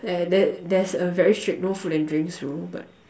and there there's a very strict no food and drinks rule but